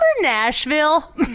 Nashville